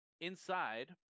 inside